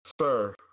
Sir